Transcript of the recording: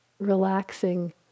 Relaxing